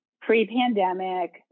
pre-pandemic